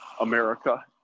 America